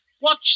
Watch